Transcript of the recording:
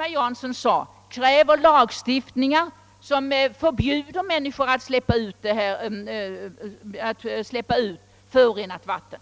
herr Jansson sade, behövs lagstiftning som förbjuder människor att släppa ut förorenat vatten.